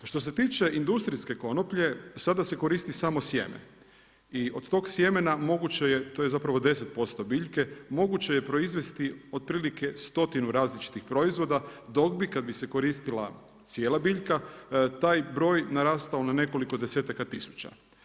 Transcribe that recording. Što se tiče industrijske konoplje sada se koristi samo sjeme i od tog sjemena moguće to je zapravo 10% biljke moguće je proizvesti otprilike stotinu različitih proizvoda dok bi kad bi se koristila cijela biljka taj broj narastao na nekoliko desetaka tisuća.